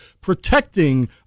protecting